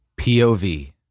POV